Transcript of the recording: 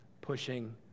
pushing